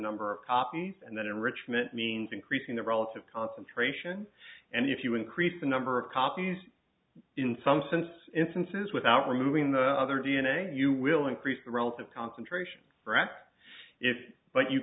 number of copies and then enrichment means increasing the relative concentration and if you increase the number of copies in some sense instances without removing the other d n a you will increase the relative concentration perhaps if but you